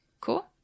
Cool